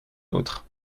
autres